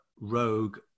rogue